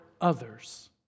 others